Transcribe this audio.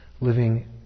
living